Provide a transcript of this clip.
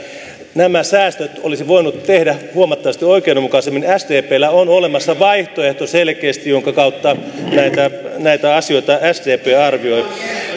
nämä säästöt olisi voinut tehdä huomattavasti oikeudenmukaisemmin sdpllä on olemassa selkeästi vaihtoehto jonka kautta sdp näitä asioita arvioi